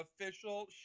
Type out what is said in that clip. official